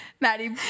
maddie